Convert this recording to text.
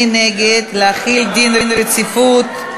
מי נגד להחיל דין רציפות?